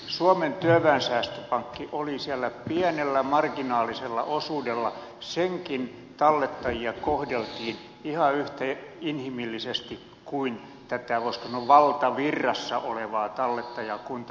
suomen työväen säästöpankki oli siellä pienellä marginaalisella osuudella senkin tallettajia kohdeltiin ihan yhtä inhimillisesti kuin tätä voisiko sanoa valtavirrassa olevaa tallettajakuntaa